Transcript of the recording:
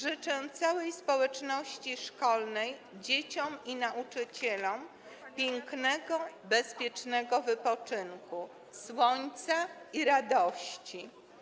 Życzę całej społeczności szkolnej, dzieciom i nauczycielom, pięknego, bezpiecznego wypoczynku, słońca i radości.